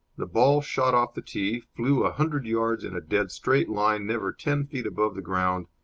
the ball shot off the tee, flew a hundred yards in a dead straight line never ten feet above the ground,